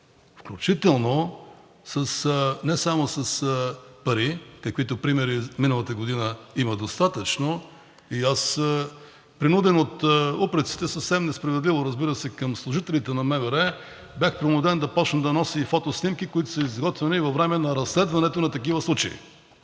Включително не само с пари, каквито примери от миналата година има достатъчно. Аз съм принуден от упреците, съвсем несправедливо, разбира се, към служителите на МВР, бях принуден да започна да нося и фотоснимки, които са изготвени във време на разследването на такива случаи,